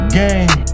game